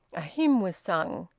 a hymn was sung,